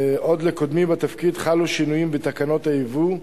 עוד לקודמי בתפקיד, חלו שינויים בתקנות הייבוא,